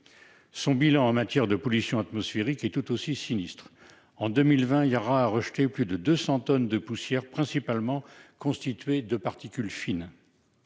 Son bilan en matière de pollution atmosphérique est tout aussi sinistre. En 2020, Yara a rejeté plus de 200 tonnes de poussières, principalement constituées de particules fines.